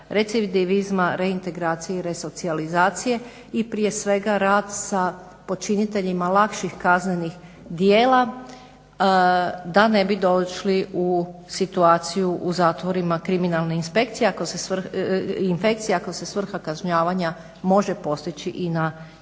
recidivizma, reintegracije i resocijalizacije i prije svega rad sa počiniteljima lakših kaznenih djela da ne bi došli u situaciju u zatvorima kriminalne infekcije ako se svrha kažnjavanja može postići i na ovaj